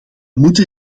moeten